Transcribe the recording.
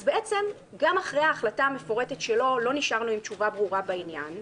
אז בעצם גם אחרי ההחלטה המפורטת שלו לא נשארנו עם תשובה ברורה בעניין.